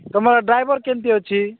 ତୁମର ଡ୍ରାଇଭର କେମିତି ଅଛି